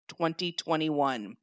2021